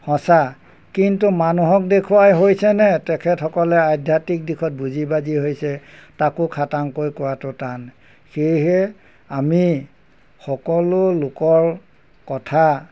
সঁচা কিন্তু মানুহক দেখুৱাই হৈছেনে তেখেতসকলে আধ্যাত্মিক দিশত বুজি বাজি হৈছে তাকো খাতাংকৈ কৰাটো টান সেয়েহে আমি সকলো লোকৰ কথা